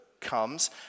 comes